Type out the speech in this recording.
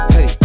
Hey